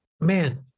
man